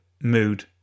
mood